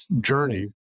journey